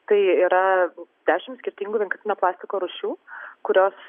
tai yra dešim skirtingų vienkartinio plastiko rūšių kurios